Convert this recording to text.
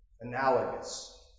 analogous